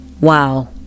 Wow